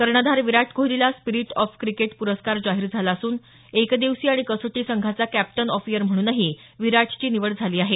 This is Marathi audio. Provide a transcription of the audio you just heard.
कर्णधार विराट कोहलीला स्पिरिट ऑफ क्रिकेट पुरस्कार जाहीर झाला असून एकदिवसीय आणि कसोटी संघाचा कॅप्टन ऑफ ईयर म्हणूनही विराटची निवड झाली आहे